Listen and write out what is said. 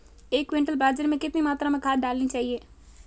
एक क्विंटल बाजरे में कितनी मात्रा में खाद डालनी चाहिए?